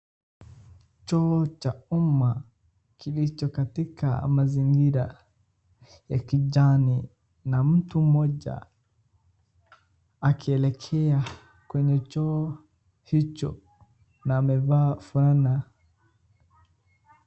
Choo cha umma kilicho katika mazingira ya kijani na mtu mmoja akielekea kwenye choo hicho na amevaa fulana.